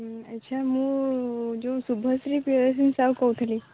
ଆଚ୍ଛା ମୁଁ ଯେଉଁ ଶୁଭଶ୍ରୀ ପ୍ରିୟାସିଂହ ସାହୁ କହୁଥିଲି